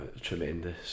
tremendous